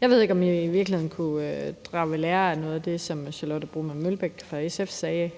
Jeg ved ikke, om vi i virkeligheden kunne tage ved lære af noget af det, som fru Charlotte Broman Mølbæk fra SF sagde